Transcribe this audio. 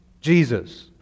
Jesus